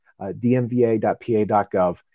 dmva.pa.gov